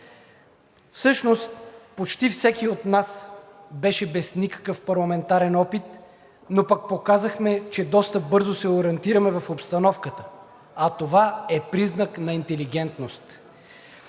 Всъщност почти всеки от нас беше без никакъв парламентарен опит, но пък показахме, че доста бързо се ориентираме в обстановката, а това е признак на интелигентност.